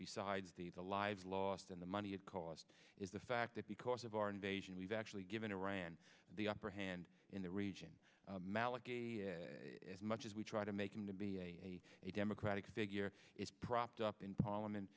besides the the lives lost and the money it cost is the fact that because of our invasion we've actually given iran the upper hand in the region maliki as much as we try to make him to be a a democratic state here is propped up in parliament